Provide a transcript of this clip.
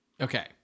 okay